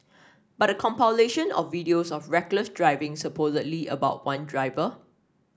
but a compilation of videos of reckless driving supposedly about one driver